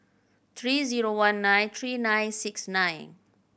three zero one nine three nine six nine